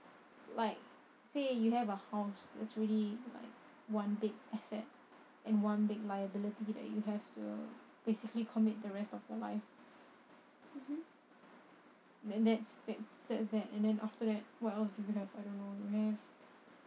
like say you have a house it's already like one big asset and one big liability that you have to basically commit the rest of your life then that's that sets that and then after that what else are you gonna have I don't know gonna have